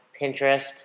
Pinterest